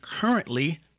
currently